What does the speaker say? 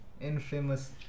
infamous